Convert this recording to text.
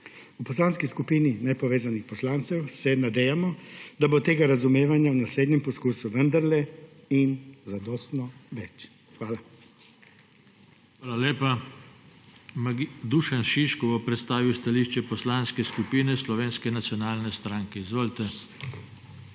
V Poslanski skupini nepovezanih poslancev se nadejamo, da bo tega razumevanja v naslednjem poskusu vendarle in zadostno več. Hvala. PODPREDSEDNIK JOŽE TANKO: Hvala lepa. Dušan Šiško bo predstavil stališče Poslanske skupine Slovenske nacionalne stranke. Izvolite.